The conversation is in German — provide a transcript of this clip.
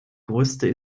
größte